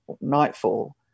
nightfall